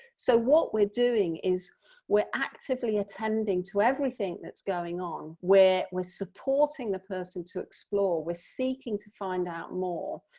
so what we're doing is we're actively attending to everything that's going on, we're supporting the person to explore, we're seeking to find out more,